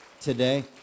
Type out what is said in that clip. today